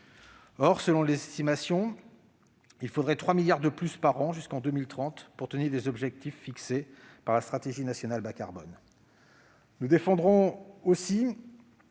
Or, selon les estimations, il faudrait 3 milliards d'euros de plus par an jusqu'en 2030 pour tenir les objectifs fixés par la stratégie nationale bas carbone. Nous défendrons ainsi